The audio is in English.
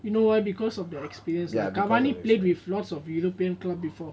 you know why because of their experience lah cavani played with lots of european club before